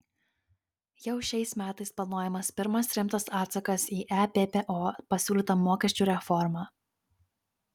jau šiais metais planuojamas pirmas rimtas atsakas į ebpo pasiūlytą mokesčių reformą